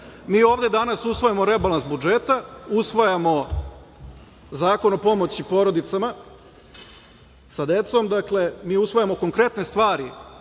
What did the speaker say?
ovde danas usvajamo rebalans budžeta, usvajamo Zakon o pomoći porodicama sa decom, mi usvajamo konkretne stvari